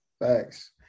Thanks